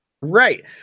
right